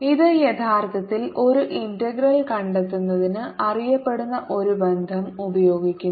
ഇത് യഥാർത്ഥത്തിൽ ഒരു ഇന്റഗ്രൽ കണ്ടെത്തുന്നതിന് അറിയപ്പെടുന്ന ഒരു ബന്ധം ഉപയോഗിക്കുന്നു